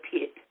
Pit